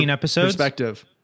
perspective